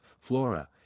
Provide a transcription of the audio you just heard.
flora